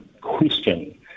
question